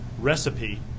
recipe